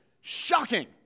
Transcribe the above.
shocking